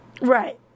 Right